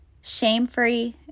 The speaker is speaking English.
shame-free